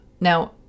Now